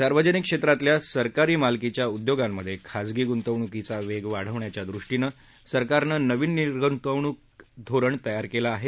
सार्वजनिक क्षेत्रातल्या सरकारी मालकीच्या उद्योगांमधे खाजगी गुंतवणूकीचा वेग वाढवण्याच्या दृष्टीनं सरकारने नवीन निर्गुतवणूक धोरण तयार केलं आहे